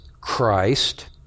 Christ